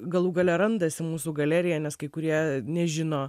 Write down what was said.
galų gale randasi mūsų galerija nes kai kurie nežino